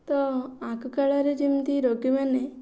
ତ ଆଗକାଳରେ ଯେମିତି ରୋଗୀମାନେ